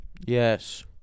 Yes